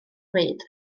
bryd